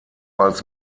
als